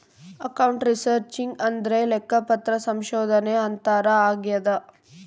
account researching ಅಂದ್ರೆ ಲೆಕ್ಕಪತ್ರ ಸಂಶೋಧನೆ ಅಂತಾರ ಆಗ್ಯದ